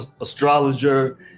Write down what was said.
astrologer